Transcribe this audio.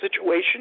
situation